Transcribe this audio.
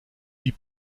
die